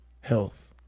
health